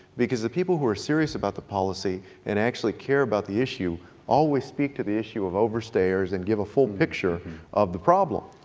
because the people who are serious about the policy and actually care about the issue always speak to the issue of overstayers and give a full picture of the problem.